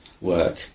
work